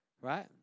right